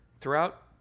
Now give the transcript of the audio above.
throughout